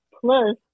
Plus